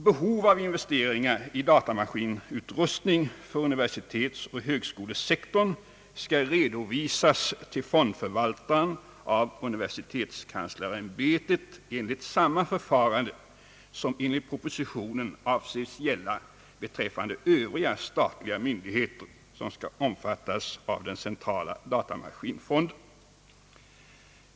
Behov av investeringar i datamaskinutrustning för universitetsoch högskolesektorn skall redovisas till fondförvaltaren av universitetskanslersämbetet efter samma förfarande som enligt propositionen avses gälla beträffande övriga statliga myndigheter vilka skall omfattas av den centrala datamaskinfonden.